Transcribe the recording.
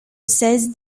says